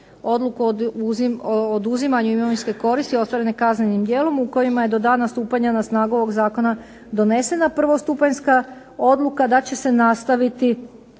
odluku o oduzimanju imovinske koristi ostvarene kaznenim djelom u kojima je do dana stupanja na snagu ovog zakona donesena prvostupanjska odluka da će se nastaviti